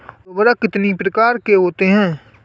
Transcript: उर्वरक कितनी प्रकार के होते हैं?